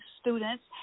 students